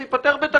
זה ייפתר בתקנות,